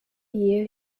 year